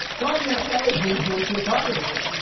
bob natelli who, who was here talking to you,